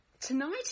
Tonight